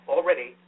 Already